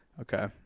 Okay